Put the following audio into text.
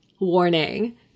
warning